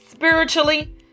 spiritually